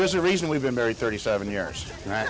there's a reason we've been married thirty seven years right